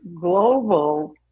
global